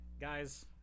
Guys